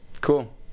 Cool